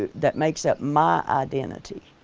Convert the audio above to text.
that makes up my identity,